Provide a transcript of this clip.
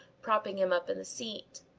propping him up in the seat.